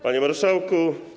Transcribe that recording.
Panie Marszałku!